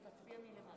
חברת הכנסת המציעה,